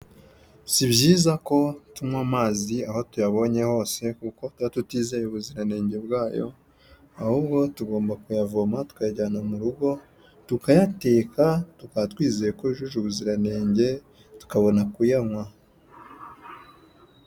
Si byiza ko tunywa amazi aho tuyabonye hose kuko tuba tutizeye ubuziranenge bwayo ahubwo tugomba kuyavoma tukayajyana mu rugo, tukayateka tukaba twizeye ko yujuje ubuziranenge tukabona kuyanywa.